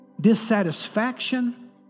dissatisfaction